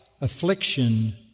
affliction